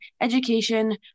education